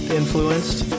influenced